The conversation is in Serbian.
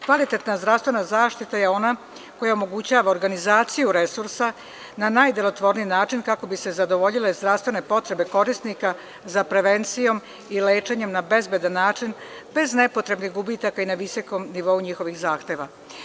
Kvalitetna zdravstvena zaštita je ona koja omogućava organizaciju resursa na najdelotvorniji način, kako bi se zadovoljile zdravstvene potrebe korisnika za prevencijom i lečenjem na bezbedan način, bez nepotrebnih gubitaka i na visokom nivou njihovih zahteva.